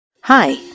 Hi